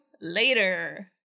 later